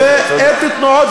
זה לא מירב